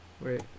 Wait